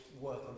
work